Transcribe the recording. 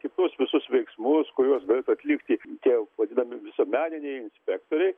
kitus visus veiksmus kuriuos galėtų atlikti tie vadinami visuomeniniai inspektoriai